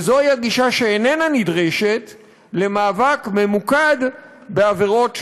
וזוהי הגישה שאיננה נדרשת למאבק ממוקד בעבירות,